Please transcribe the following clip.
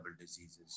diseases